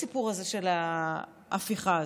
הסיפור של ההפיכה הזאת.